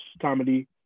comedy